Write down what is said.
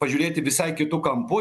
pažiūrėti visai kitu kampu